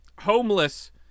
homeless